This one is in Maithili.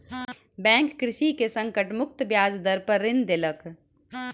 बैंक कृषक के संकट मुक्त ब्याज दर पर ऋण देलक